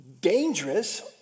dangerous